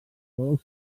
fou